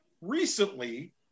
recently